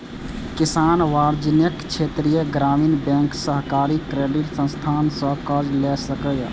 किसान वाणिज्यिक, क्षेत्रीय ग्रामीण बैंक, सहकारी क्रेडिट संस्थान सं कर्ज लए सकैए